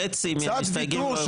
חצי מהמסתייגים לא יוכלו לדבר.